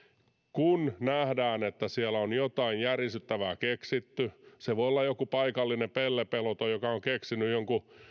kun nähdään että siellä on jotain järisyttävää keksitty se voi olla joku paikallinen pellepeloton joka on keksinyt jonkun